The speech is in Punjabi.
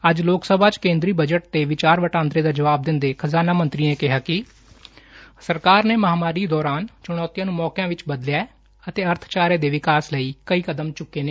ਅੱਜ ਲੋਕ ਸਭਾ ਚ ਕੇਦਰੀ ਬਜਟ ਤੇ ਵਿਚਾਰ ਵਟਾਂਦਰੇ ਦਾ ਜਵਾਬ ਦਿਂਦੇ ਖ਼ਜ਼ਾਨਾ ਮੰਤਰੀ ਨੇ ਕਿਹਾ ਕਿ ਸਰਕਾਰ ਨੇ ਮਹਾਂਮਾਰੀ ਦੌਰਾਨ ਚੁਣੌਤੀਆਂ ਨੂੰ ਮੌਕਿਆਂ ਵਿਚ ਬਦਲਿਆ ਏ ਅਤੇ ਅਰਥਚਾਰੇ ਦੇ ਵਿਕਾਸ ਲਈ ਕਈ ਕਦਮ ਚੁੱਕੇ ਨੇ